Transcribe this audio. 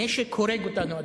הנשק הורג אותנו.